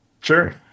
Sure